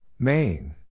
Main